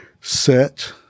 set